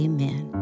Amen